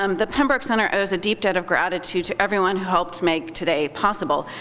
um the pembroke center owes a deep debt of gratitude to everyone who helped make today possible,